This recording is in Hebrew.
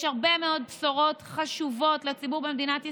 בתקציב המדינה יש הרבה מאוד בשורות חשובות לציבור במדינת ישראל,